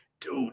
dude